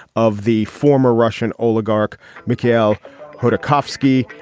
of the former russian oligarch mikhail khodorkovsky.